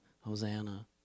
hosanna